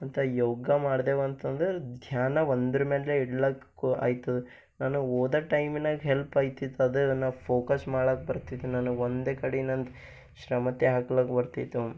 ಅಂತ ಯೋಗ ಮಾಡ್ದೆವಂತಂದರ ಧ್ಯಾನ ಒಂದ್ರ ಮೇಲೆ ಇಡ್ಲಕ್ಕು ಐತದ ನಾನು ಓದೋ ಟೈಮಿನಾಗ ಹೆಲ್ಪಾಯ್ತಿತ್ತದ ನಾ ಫೋಕಸ್ ಮಾಡ್ಲಾಕ ಬರ್ತಿದಿಲ್ಲ ನನಗ ಒಂದೇ ಕಡೆ ನಂದು ಶ್ರಮತೆ ಹಾಕ್ಲಕ ಬರ್ತಿತ್ತು